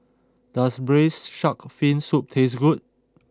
does Braised Shark Fin Soup taste good